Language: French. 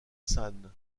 san